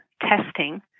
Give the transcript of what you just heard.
testing